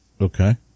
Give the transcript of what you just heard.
Okay